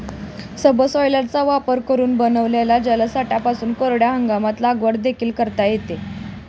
सबसॉयलरचा वापर करून बनविलेल्या जलसाठ्यांपासून कोरड्या हंगामात लागवड देखील करता येते